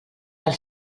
del